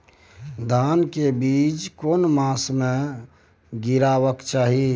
धान के बीज केना मास में गीरावक चाही?